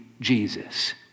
Jesus